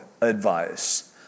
advice